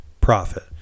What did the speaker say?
profit